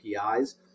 APIs